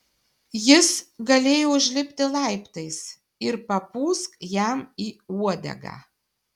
jis galėjo užlipti laiptais ir papūsk jam į uodegą